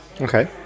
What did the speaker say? Okay